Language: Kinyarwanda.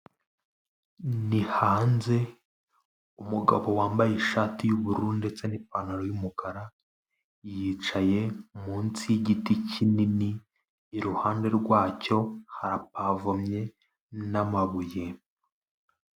Ni hanze umugabo wambaye ishati y'ubururu ndetse n'ipantaro y'umukara, yicaye munsi y'igiti kinini, iruhande rwacyo harapavomye n'amabuye.